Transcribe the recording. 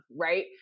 right